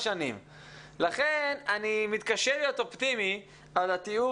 לכן אני מתקשה להיות אופטימי על התיאור